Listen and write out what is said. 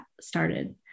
started